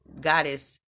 goddess